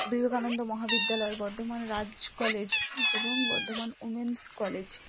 বিবেকানন্দ মহাবিদ্যালয় বর্ধমান রাজ কলেজ এবং Bardhaman women's college